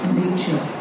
nature